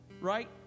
Right